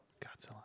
Godzilla